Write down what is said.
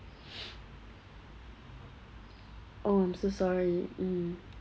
oh I'm so sorry mm